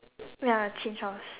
ya I change house